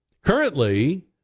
Currently